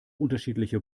unterschiedliche